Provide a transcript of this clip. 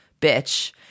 bitch